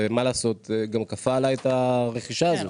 ומה לעשות גם כפה עלי את הרכישה הזאת.